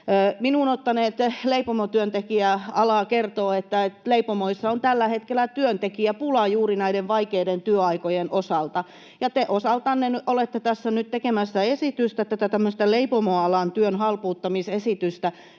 ottanut leipomotyöntekijäala kertoo, että leipomoissa on tällä hetkellä työntekijäpula juuri näiden vaikeiden työaikojen osalta. Ja te osaltanne olette tässä nyt tekemässä esitystä — tämmöistä leipomoalan työn halpuuttamisesitystä